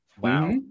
Wow